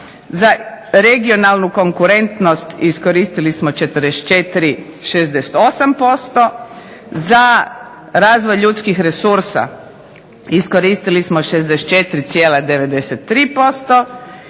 za Regionalnu konkurentnost iskoristili smo 44,68%, za Razvoj ljudskih resursa iskoristili smo 64,93%